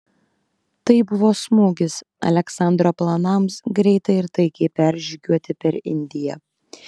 tai buvo smūgis aleksandro planams greitai ir taikiai peržygiuoti per indiją